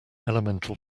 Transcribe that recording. elemental